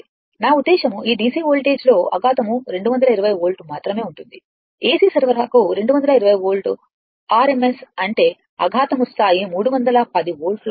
నా ఉద్దేశం ఈ డిసి వోల్టేజ్లో అఘాతము 220 వోల్ట్ మాత్రమే ఉంటుంది ఎసి సరఫరాకు 220 వోల్ట్ ఆర్ఎంఎస్ అంటే అఘాతము స్థాయి 310 వోల్ట్లు అవుతుంది